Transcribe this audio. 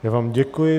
Já vám děkuji.